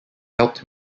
helped